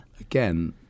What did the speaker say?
Again